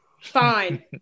Fine